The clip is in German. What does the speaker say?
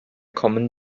kommen